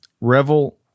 Revel